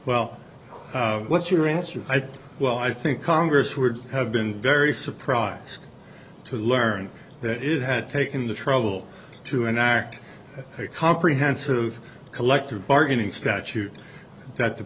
well what's your answer i thought well i think congress would have been very surprised to learn that it had taken the trouble to enact a comprehensive collective bargaining statute that the